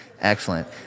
Excellent